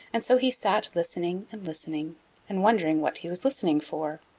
and so he sat listening and listening and wondering what he was listening for.